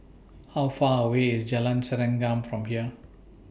How Far away IS Jalan Serengam from here